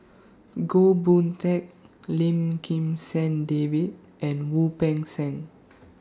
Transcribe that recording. Goh Boon Teck Lim Kim San David and Wu Peng Seng